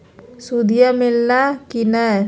सुदिया मिलाना की नय?